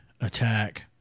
attack